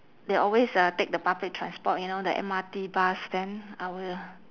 they always uh take the public transport you know the M_R_T bus then I will